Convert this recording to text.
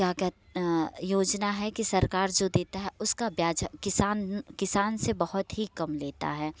क्या कह योजना है कि सरकार जो देता है उसका ब्याज किसान किसान से बहुत ही कम लेता है